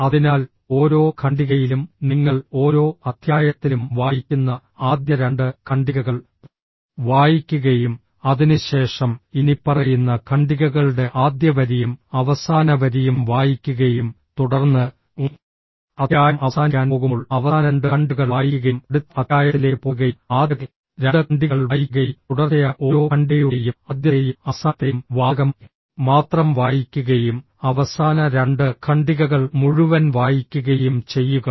അതിനാൽ ഓരോ ഖണ്ഡികയിലും നിങ്ങൾ ഓരോ അധ്യായത്തിലും വായിക്കുന്ന ആദ്യ രണ്ട് ഖണ്ഡികകൾ വായിക്കുകയും അതിനുശേഷം ഇനിപ്പറയുന്ന ഖണ്ഡികകളുടെ ആദ്യ വരിയും അവസാന വരിയും വായിക്കുകയും തുടർന്ന് അധ്യായം അവസാനിക്കാൻ പോകുമ്പോൾ അവസാന രണ്ട് ഖണ്ഡികകൾ വായിക്കുകയും അടുത്ത അധ്യായത്തിലേക്ക് പോകുകയും ആദ്യ രണ്ട് ഖണ്ഡികകൾ വായിക്കുകയും തുടർച്ചയായ ഓരോ ഖണ്ഡികയുടെയും ആദ്യത്തെയും അവസാനത്തെയും വാചകം മാത്രം വായിക്കുകയും അവസാന രണ്ട് ഖണ്ഡികകൾ മുഴുവൻ വായിക്കുകയും ചെയ്യുക